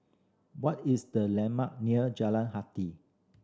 what is the landmark near Jalan Jati